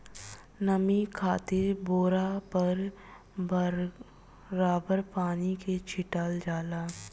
नमी खातिर बोरा पर बराबर पानी के छीटल जाला